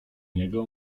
niego